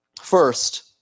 First